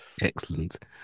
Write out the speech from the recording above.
Excellent